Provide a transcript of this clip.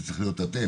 זה צריך להיות אתם.